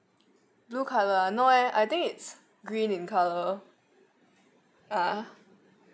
blue colour ah no eh I think it's green in colour ah